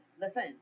listen